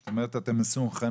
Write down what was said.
זאת אומרת, אתם מסונכרנים.